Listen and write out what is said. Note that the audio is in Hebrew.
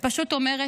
ופשוט אומרת: